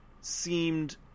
seemed